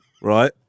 right